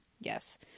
Yes